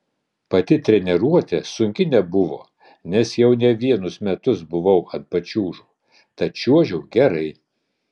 pati treniruotė sunki nebuvo nes jau ne vienus metus buvau ant pačiūžų tad čiuožiau gerai